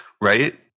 Right